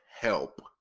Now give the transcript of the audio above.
help